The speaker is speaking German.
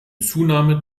zunahme